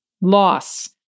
loss